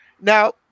Now